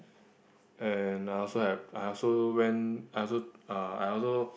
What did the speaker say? and I also have I also went I also uh I also